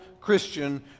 Christian